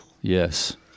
yes